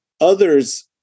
Others